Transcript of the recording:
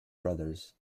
brothers